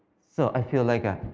so, i feel like ah